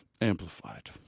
amplified